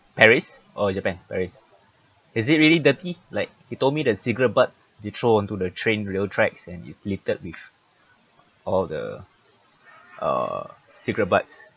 paris or japan paris is it really dirty like he told me that cigarette butts they throw onto the train rail tracks and it's littered with all the uh cigarette butts